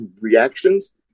reactions